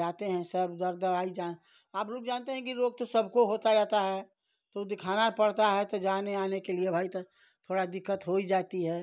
जाते हैं सब दर दवाई जां आप लोग जानते हैं कि रोग तो सबको होता जाता है तो दिखाना पड़ता है तो जाने आने के लिए भाई तो थोड़ी दिक्कत हो जाती है